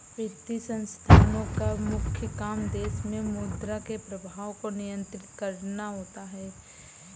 वित्तीय संस्थानोँ का मुख्य काम देश मे मुद्रा के प्रवाह को नियंत्रित करना होता है